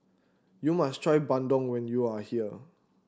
you must try bandung when you are here